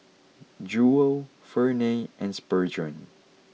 Jewel Ferne and Spurgeon